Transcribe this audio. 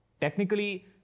Technically